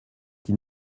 qui